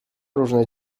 różne